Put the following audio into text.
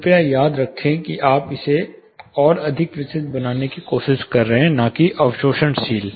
कृपया याद रखें कि आप इसे और अधिक विसरित बनाने के लिए कोशिश कर रहे हैं न कि अवशोषणशील